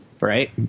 Right